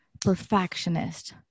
perfectionist